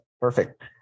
Perfect